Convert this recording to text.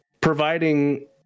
providing